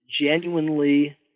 genuinely